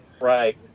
right